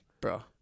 Bro